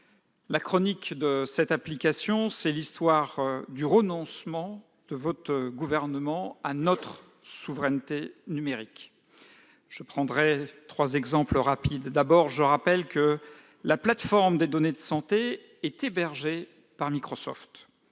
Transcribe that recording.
la chronique de cette application, c'est l'histoire du renoncement de votre gouvernement à notre souveraineté numérique. Je prendrai trois exemples. Tout d'abord, je rappelle que la plateforme des données de santé est hébergée par Microsoft.